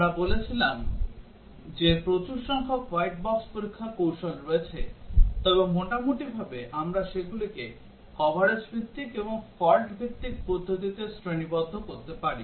আমরা বলেছিলাম যে প্রচুর সংখ্যক হোয়াইট বক্স পরীক্ষার কৌশল রয়েছে তবে মোটামুটিভাবে আমরা সেগুলিকে কভারেজ ভিত্তিক এবং ফল্ট ভিত্তিক পদ্ধতিতে শ্রেণীবদ্ধ করতে পারি